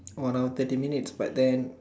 one hour thirty minutes but then